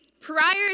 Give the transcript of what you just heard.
prior